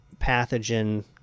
pathogen